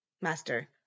Master